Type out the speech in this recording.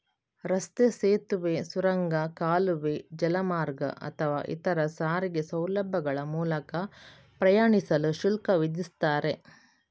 ರಸ್ತೆ, ಸೇತುವೆ, ಸುರಂಗ, ಕಾಲುವೆ, ಜಲಮಾರ್ಗ ಅಥವಾ ಇತರ ಸಾರಿಗೆ ಸೌಲಭ್ಯಗಳ ಮೂಲಕ ಪ್ರಯಾಣಿಸಲು ಶುಲ್ಕ ವಿಧಿಸ್ತಾರೆ